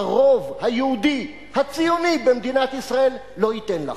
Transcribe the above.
הרוב היהודי הציוני במדינת ישראל לא ייתן לך.